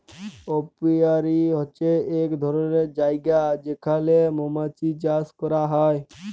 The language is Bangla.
অপিয়ারী হছে ইক ধরলের জায়গা যেখালে মমাছি চাষ ক্যরা হ্যয়